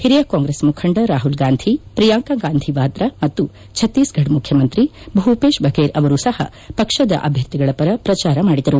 ಹಿರಿಯ ಕಾಂಗ್ರೆಸ್ ಮುಖಂಡ ರಾಹುಲ್ ಗಾಂಧಿ ಪ್ರಿಯಾಂಕಾ ಗಾಂಧಿ ವಾದ್ರಾ ಮತ್ತು ಛತ್ತೀಸ್ಗಢ್ ಮುಖ್ಯಮಂತ್ರಿ ಭೂಪೇಶ್ ಬಫೇರ್ ಅವರು ಸಹ ಪಕ್ಷದ ಅಭ್ಯರ್ಥಿಗಳ ಪರ ಪ್ರಚಾರ ಮಾಡಿದರು